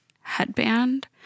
headband